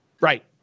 Right